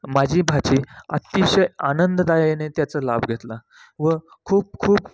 माझी भाची अतिशय आनंददायाने त्याचा लाभ घेतला व खूप खूप